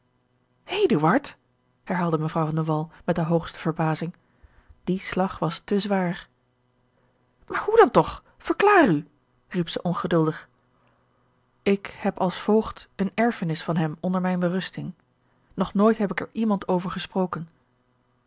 de wall met de hoogste verbazing die slag was te zwaar maar hoe dan toch verklaar u riep zij ongeduldig ik heb als voogd eene erfenis van hem onder mijne berusting nog nooit heb ik er iemand over gesproken